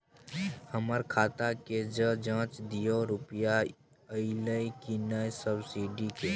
हमर खाता के ज जॉंच दियो रुपिया अइलै की नय सब्सिडी के?